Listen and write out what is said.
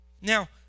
now